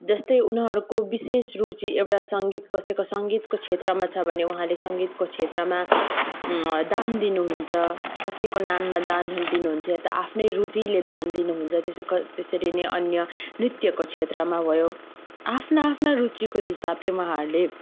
जस्तै उनीहरूको विशेष रुचि एउटा सङ्गीत कसैको सङ्गीतको क्षेत्रमा छ भने उहाँले सङ्गीतको क्षेत्रमा दान दिनु हुन्छ कसैको नाममा दानहरू दिनु हुन्छ यता आफ्नै रुचिले दान दिनु हुन्छ त्यसकै त्यसरी नै अन्य नृत्यको क्षेत्रमा भयो आफ्ना आफ्ना रुचिको हिसाबले उहाँहरूले